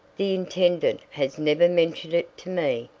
the intendant has never mentioned it to me.